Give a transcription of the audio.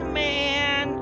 man